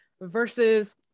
versus